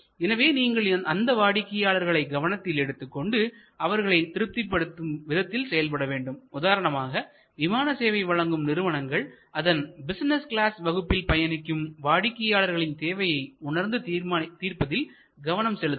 எனவே நீங்கள் அந்த வாடிக்கையாளர்களை கவனத்தில் எடுத்துக்கொண்டு அவர்களைத் திருப்திப்படுத்தும் விதத்தில் செயல்பட வேண்டும் உதாரணமாக விமான சேவை வழங்கும் நிறுவனங்கள் அதன் பிசினஸ் கிளாஸ் வகுப்பில் பயணிக்கும் வாடிக்கையாளர்களின் தேவைகளை உணர்ந்து தீர்ப்பதில் கவனம் செலுத்துவர்